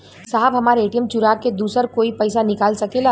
साहब हमार ए.टी.एम चूरा के दूसर कोई पैसा निकाल सकेला?